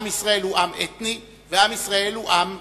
עם ישראל הוא עם אתני, ועם ישראל הוא עם אזרחי.